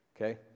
okay